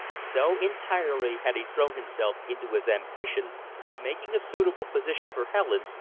so entirely had he thrown himself into his ambition of making a suitable position for helen,